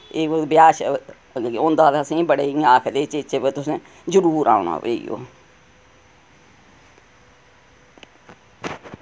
एह् ब्याह् श्याह् मतलब कि होंदा ते असें बड़े इ'यां आखदे चेचे वा तुसें जरूर औना भाई ओ